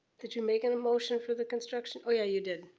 did you make it a motion for the construction? oh yeah, you did.